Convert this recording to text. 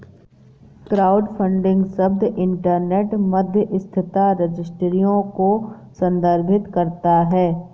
crowdfunding शब्द internet मध्यस्थता रजिस्ट्रियों को संदर्भित करता है